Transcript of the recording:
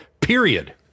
Period